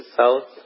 south